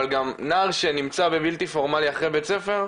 אבל גם נער שנמצא בבלתי פורמלי אחרי בית הספר,